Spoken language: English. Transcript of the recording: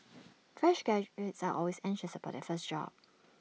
fresh graduates are always anxious about their first job